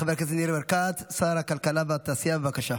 חבר הכנסת ניר ברקת, שר הכלכלה והתעשייה, בבקשה.